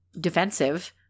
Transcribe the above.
defensive